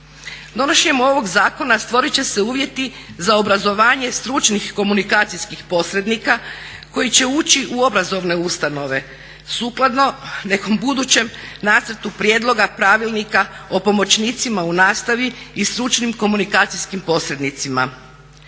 Donošenjem ovog zakona stvorit će se uvjeti za obrazovanje stručnih komunikacijskih posrednika koji će ući u obrazovne ustanove sukladno nekom budućem nacrtu prijedloga pravilnika o pomoćnicima u nastavi i stručnim komunikacijskim posrednicima.